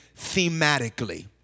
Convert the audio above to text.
thematically